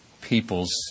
peoples